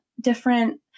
different